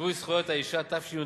שיווי זכויות האשה,